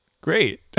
Great